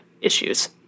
issues